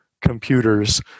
computers